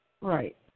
Right